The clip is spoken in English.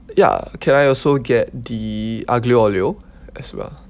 ya can I also get the aglio olio as well